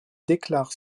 déclare